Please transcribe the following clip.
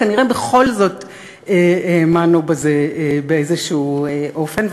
כנראה בכל זאת האמנו בזה באיזשהו אופן.